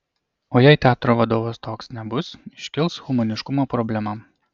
o jei teatro vadovas toks nebus iškils humaniškumo problema